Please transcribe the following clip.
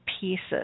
pieces